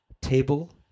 table